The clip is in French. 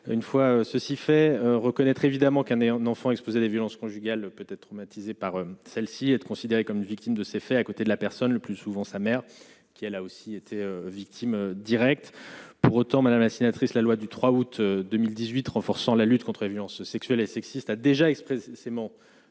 une fois ceci fait reconnaître évidemment qu'un et un enfant exposé des violences conjugales peut-être traumatisé par celle-ci, être considérés comme des victimes de ces faits, à côté de la personne, le plus souvent sa mère qui, elle, a aussi été victime directe pour autant Madame la sénatrice, la loi du 3 août 2018 renforçant la lutte contre et violences sexuelles et sexistes a déjà expressément